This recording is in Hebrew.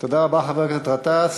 תודה רבה, חבר הכנסת גטאס.